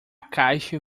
caixa